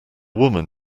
woman